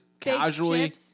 Casually